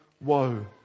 woe